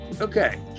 Okay